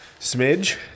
Smidge